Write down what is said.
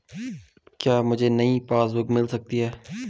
क्या मुझे नयी पासबुक बुक मिल सकती है?